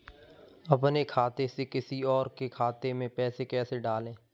अपने खाते से किसी और के खाते में पैसे कैसे डालें?